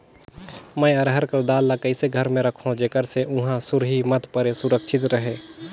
मैं अरहर कर दाल ला कइसे घर मे रखों जेकर से हुंआ सुरही मत परे सुरक्षित रहे?